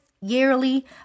yearly